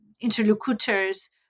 interlocutors